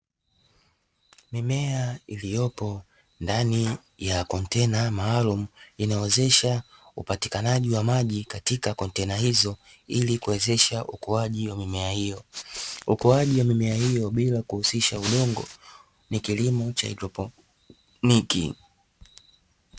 Mimea iliyopo ndani ya kontena maalumu, inawezesha upatikanaji wa maji katika kontena hizo, ili kuwezesha ukuaji wa mimea hiyo. Ukuaji wa mimea hiyo bila kuhusisha udongo ni kilimo cha haidroponi.